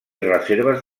reserves